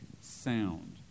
sound